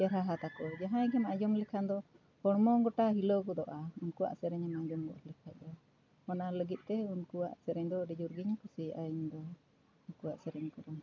ᱪᱮᱨᱦᱟ ᱦᱟ ᱛᱟᱠᱚ ᱡᱟᱦᱟᱸᱭ ᱜᱮᱢ ᱟᱸᱡᱚᱢ ᱞᱮᱠᱷᱟᱱ ᱫᱚ ᱦᱚᱲᱢᱚ ᱜᱚᱴᱟ ᱦᱤᱞᱟᱹᱣ ᱜᱚᱫᱚᱜᱼᱟ ᱩᱱᱠᱩᱣᱟᱜ ᱥᱮᱨᱮᱧᱮᱢ ᱟᱸᱡᱚᱢ ᱜᱚᱫ ᱞᱮᱠᱷᱟᱡ ᱫᱚ ᱚᱱᱟ ᱞᱟᱹᱜᱤᱫ ᱛᱮ ᱩᱱᱠᱩᱣᱟᱜ ᱥᱮᱨᱮᱧ ᱫᱚ ᱟᱹᱰᱤ ᱡᱳᱨ ᱜᱮᱧ ᱠᱩᱥᱤᱭᱟᱜᱼᱟ ᱤᱧ ᱫᱚ ᱩᱱᱠᱩᱭᱟᱜ ᱥᱮᱨᱮᱧ ᱠᱚᱫᱚ